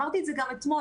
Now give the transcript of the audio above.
אמרתי את זה גם אתמול.